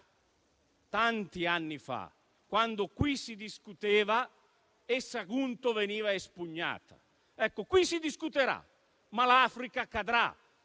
tanti anni fa, quando qui si discuteva e Sagunto veniva espugnata. Ecco, qui si discuterà, ma l'Africa cadrà,